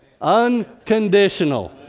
Unconditional